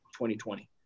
2020